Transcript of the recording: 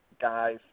guy